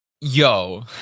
Yo